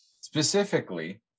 Specifically